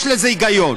יש בזה היגיון.